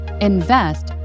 Invest